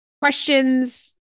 questions